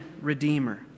Redeemer